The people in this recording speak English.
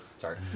Sorry